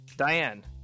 Diane